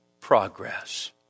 progress